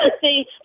see